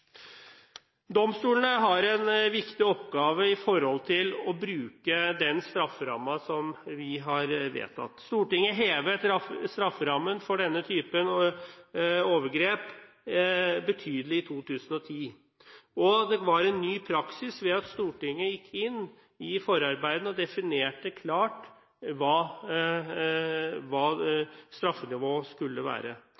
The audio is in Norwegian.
Domstolene har en viktig oppgave i forhold til å bruke den strafferammen som vi har vedtatt. Stortinget hevet strafferammen for denne typen overgrep betydelig i 2010, og det var en ny praksis ved at Stortinget gikk inn i forarbeidene og definerte klart hva